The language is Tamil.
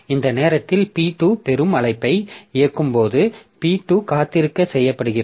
இந்த நேரத்தில் P2 பெறும் அழைப்பை இயக்கும் போது P2 காத்திருக்க செய்யப்படுகிறது